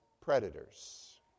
predators